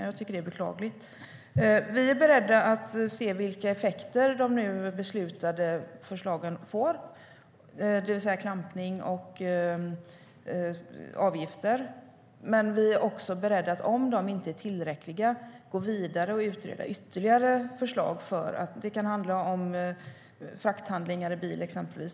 Jag tycker att det är beklagligt. Vi är beredda att se vilka effekter de nu beslutade förslagen får, det vill säga klampning och avgifter. Vi är också beredda på att om de inte är tillräckliga gå vidare och utreda ytterligare förslag. Det kan exempelvis handla om frakthandlingar i bil.